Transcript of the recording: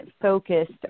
focused